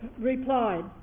replied